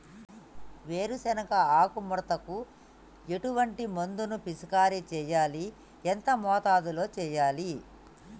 వేరుశెనగ ఆకు ముడతకు ఎటువంటి మందును పిచికారీ చెయ్యాలి? ఎంత మోతాదులో చెయ్యాలి?